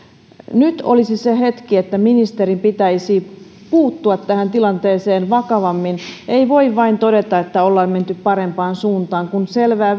nyt olisi se hetki että ministerin pitäisi puuttua tähän tilanteeseen vakavammin ei voi vain todeta että ollaan menty parempaan suuntaan kun selvää